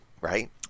right